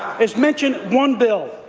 is mention one bill,